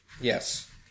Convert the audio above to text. Yes